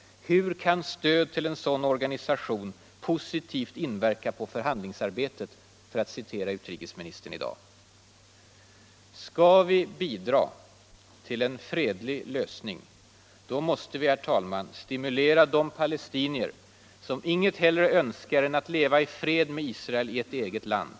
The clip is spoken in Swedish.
Hur kan stöd till en sådan organisation ”positivt inverka på förhandlingsarbetet”?” Skall vi bidra till en fredlig lösning måste vi stimulera de palestinier som inget hellre önskar än att leva i fred med Israel i ett eget land.